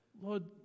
Lord